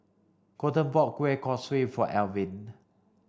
Kolten bought Kueh Kosui for Elvin